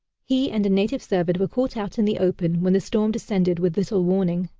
he and a native servant were caught out in the open, when the storm descended with little warning.